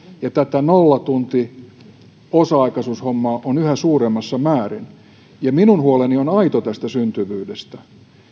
ja tätä nollatunti ja osa aikaisuushommaa on yhä suuremmassa määrin minun huoleni on aito tästä syntyvyydestä